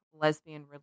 lesbian